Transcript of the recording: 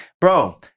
Bro